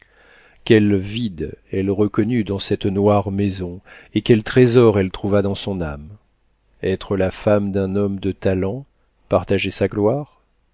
quel vide elle reconnut dans cette noire maison et quel trésor elle trouva dans son âme être la femme d'un homme de talent partager sa gloire